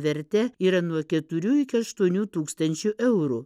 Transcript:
verte yra nuo keturių iki aštuonių tūkstančių eurų